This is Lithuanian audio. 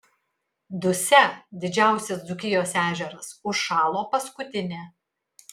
dusia didžiausias dzūkijos ežeras užšalo paskutinė